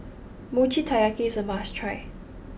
Mochi Taiyaki is a must try